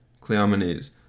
Cleomenes